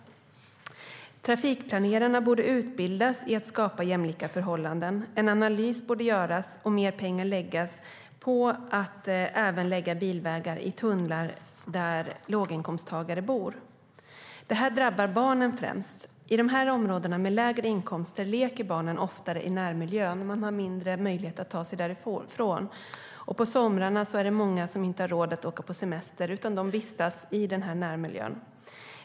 Trafikplanerarna borde utbildas i att skapa jämlika förhållanden. En analys borde göras och mer pengar läggas på att lägga bilvägar i tunnlar även där låginkomsttagare bor. Detta drabbar barnen främst. I områden med lägre inkomster leker barnen oftare i närmiljön, och man har mindre möjlighet att ta sig därifrån. På somrarna är det många som inte har råd att åka på semester, utan de vistas i närmiljön.